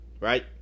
Right